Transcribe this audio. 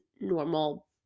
normal